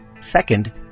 Second